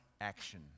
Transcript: action